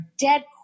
dead